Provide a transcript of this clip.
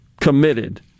committed